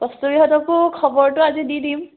কস্তুৰীহঁতকো খবৰটো আজি দি দিম